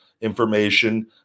information